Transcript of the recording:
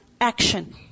action